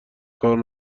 کار